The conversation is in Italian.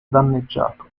danneggiato